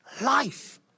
life